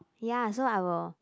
ya so I will